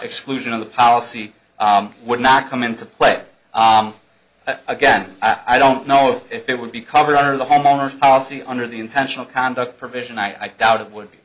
exclusion of the policy would not come into play again i don't know if it would be covered under the homeowners policy under the intentional conduct provision i doubt it would be